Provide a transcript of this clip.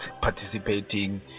participating